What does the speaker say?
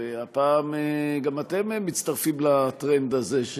והפעם גם אתם מצטרפים לטרנד הזה,